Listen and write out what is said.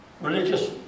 religious